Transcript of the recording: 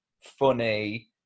funny